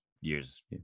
years